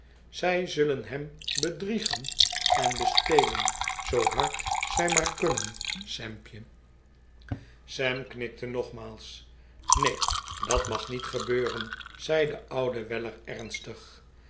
zij zullen hem bedriegen en bestelen zoo hard zij maar kunnen sampje m een com plot tus schen vader en z'oon sam knikte nogmaals neen dat mag niet gebeuren zei de oude weller ernstig